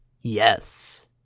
Yes